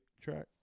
track